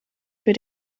für